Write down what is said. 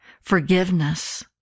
forgiveness